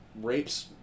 rapes